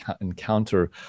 encounter